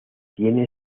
tiene